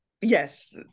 Yes